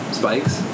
spikes